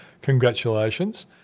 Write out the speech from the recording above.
Congratulations